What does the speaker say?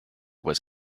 was